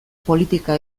politika